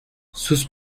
sus